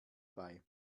bei